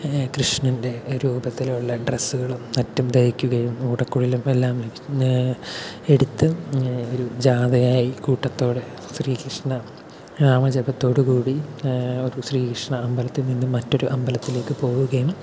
കൃഷ്ണൻ്റെ രൂപത്തിൽ ഉള്ള ഡ്രെസ്സുകളും മറ്റും ധരിക്കുകയും ഓടക്കുഴലും എല്ലാം എടുത്ത് ഒരു ജാഥയായി കൂട്ടത്തോടെ ശ്രീകൃഷ്ണനാമജപത്തോടുകൂടി ഒരു ശ്രീകൃഷ്ണ അമ്പലത്തിൽ നിന്നും മറ്റൊരു അമ്പലത്തിലേക്ക് പോകുകയും